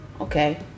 okay